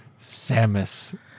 Samus